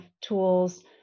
tools